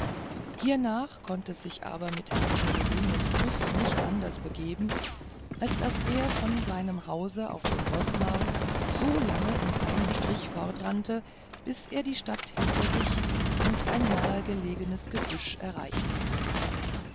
hiernach konnt es sich aber mit herrn peregrinus tyß nicht anders begeben als daß er von seinem hause auf dem roßmarkt aus so lange in einem strich fortrannte bis er die stadt hinter sich und ein nahe gelegenes gebüsch erreicht hatte